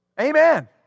Amen